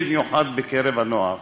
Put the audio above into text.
במיוחד בקרב הנוער.